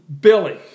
Billy